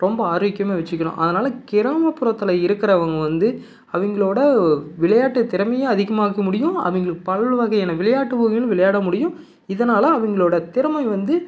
ரொம்ப ஆரோக்கியமாக வச்சிக்கணும் அதனால கிராமப்புறத்தில் இருக்கிறவங்க வந்து அவங்களோட விளையாட்டு திறமையும் அதிகமாக்க முடியும் அவங்களுக்கு பல் வகையான விளையாட்டு வகைகளும் விளையாட முடியும் இதனால் அவங்களோட திறமை வந்து